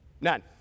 None